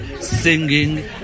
singing